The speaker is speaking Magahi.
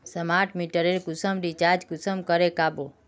स्मार्ट मीटरेर कुंसम रिचार्ज कुंसम करे का बो?